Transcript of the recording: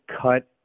Cut